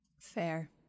fair